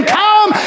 come